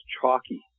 chalky